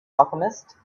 alchemist